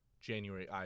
January